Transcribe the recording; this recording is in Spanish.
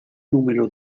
número